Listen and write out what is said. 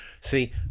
See